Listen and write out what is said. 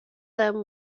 them